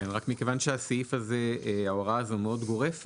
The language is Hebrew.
כן, רק מכיוון שההוראה הזו מאוד גורפת,